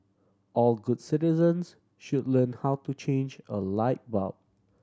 all good citizens should learn how to change a light bulb